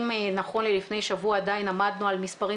אם נכון ללפני שבוע עדיין עמדנו על מספרים